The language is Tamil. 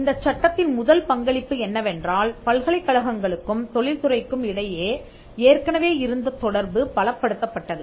இந்தச் சட்டத்தின் முதல் பங்களிப்பு என்னவென்றால் பல்கலைக்கழகங்களுக்கும் தொழில் துறைக்கும் இடையே ஏற்கனவே இருந்த தொடர்பு பலப்படுத்தப்பட்டது